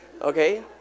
okay